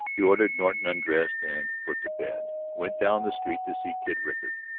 he ordered norton undressed and put to bed, went down the street to see kid rickard,